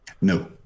No